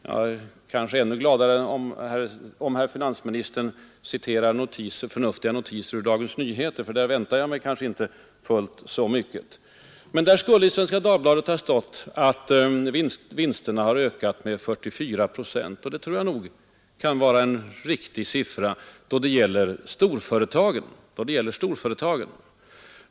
Jag blir kanske ännu gladare om herr finansministern citerar förnuftiga notiser ur Dagens Nyheter, för där är sådana mera sällan förekommande. I Svenska Dagbladet skulle emellertid ha uppgivits att företagsvinsterna nu ökat med 44 procent. Ja, jag tror att det kan vara en riktig siffra då det gäller storföretagen.